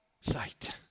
sight